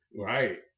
Right